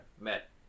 met